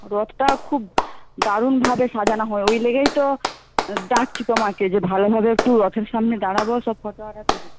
রথটা খুব দারুণভাবে সাজানো হয় ওই লেগেই তো ডাকছি তোমাকে যে ভালোভাবে একটু রথের সামনে দাঁড়াব সব ফটো আরে তুলবে